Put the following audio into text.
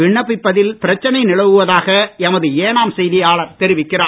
விண்ணப்பிப்பதில் பிரச்சனை நிலவுவதாக எமது ஏனாம் செய்தியாளர் தெரிவிக்கிறார்